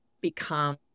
become